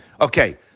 Okay